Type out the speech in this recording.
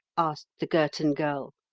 asked the girton girl.